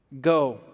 Go